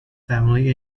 family